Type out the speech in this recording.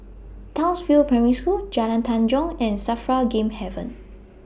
Townsville Primary School Jalan Tanjong and SAFRA Game Haven